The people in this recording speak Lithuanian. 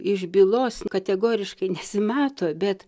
iš bylos kategoriškai nesimato bet